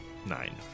Nine